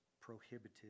prohibited